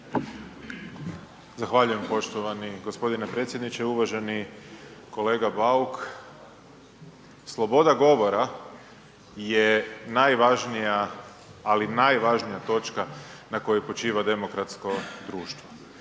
Zahvaljujem poštovani g. predsjedniče. Uvaženi kolega Bauk, sloboda govora je najvažnija ali najvažnija točka na kojoj počiva demokratsko društvo.